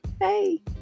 hey